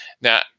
Now